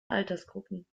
altersgruppen